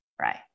right